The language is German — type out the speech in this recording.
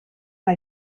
mal